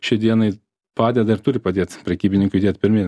šiai dienai padeda ir turi padėt prekybininkui judėt pirmyn